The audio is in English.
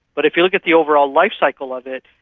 but if you look at the overall life-cycle of it,